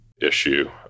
issue